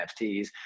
nfts